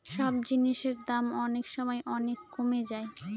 সব জিনিসের দাম অনেক সময় অনেক কমে যায়